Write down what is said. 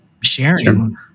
sharing